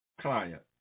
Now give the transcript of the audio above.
client